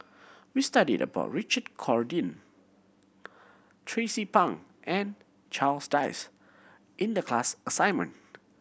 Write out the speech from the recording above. we studied about Richard Corridon Tracie Pang and Charles Dyce in the class assignment